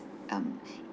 um